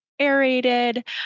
aerated